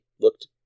looked